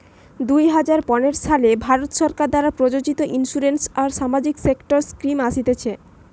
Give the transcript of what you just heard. দুই হাজার পনের সালে ভারত সরকার দ্বারা প্রযোজিত ইন্সুরেন্স আর সামাজিক সেক্টর স্কিম আসতিছে